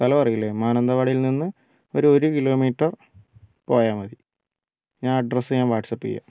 സ്ഥലം അറിയില്ലേ മാനന്തവാടിയില് നിന്ന് ഒരു ഒരു കിലോമീറ്റര് പോയാല് മതി അഡ്രസ് ഞാന് വാട്സ്അപ്പ് ചെയ്യാം